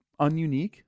ununique